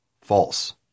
false